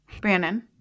Brandon